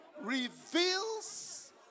Reveals